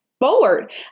forward